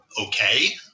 okay